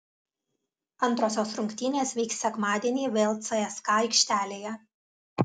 antrosios rungtynės vyks sekmadienį vėl cska aikštelėje